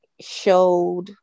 showed